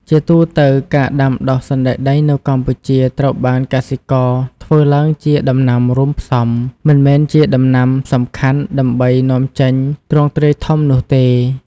ជាទូទៅ ការដាំដុះសណ្តែកដីនៅកម្ពុជាត្រូវបានកសិករធ្វើឡើងជាដំណាំរួមផ្សំ មិនមែនជាដំណាំសំខាន់ដើម្បីនាំចេញទ្រង់ទ្រាយធំនោះទេ។